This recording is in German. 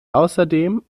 außerdem